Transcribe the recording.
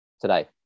today